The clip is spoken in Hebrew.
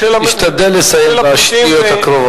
תשתדל לסיים בשניות הקרובות.